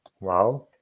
Wow